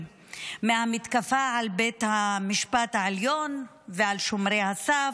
מהמתקפה על בית המשפט העליון ועל שומרי הסף,